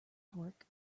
torque